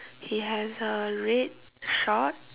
he has a red short